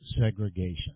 segregation